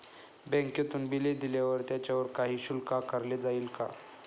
बँकेतून बिले दिल्यावर त्याच्यावर काही शुल्क आकारले जाईल का?